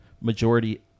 majority